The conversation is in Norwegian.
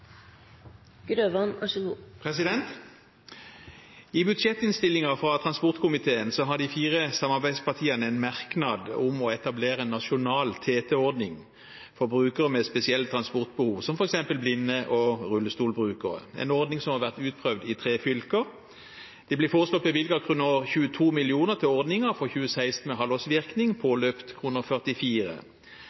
I budsjettinnstillingen fra transportkomiteen har de fire samarbeidspartiene en merknad om å etablere en nasjonal TT-ordning for brukere med spesielt transportbehov, som f.eks. blinde og rullestolbrukere, en ordning som har vært utprøvd i tre fylker. Det blir foreslått bevilget 22 mill. kr til ordningen for 2016 med halvårsvirkning, påløpt 44